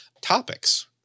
topics